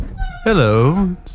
Hello